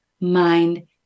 mind